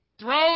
Throw